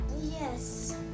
yes